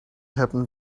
happen